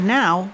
now